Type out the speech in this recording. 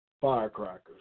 firecrackers